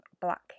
black